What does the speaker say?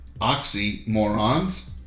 oxymorons